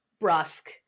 brusque